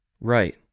Right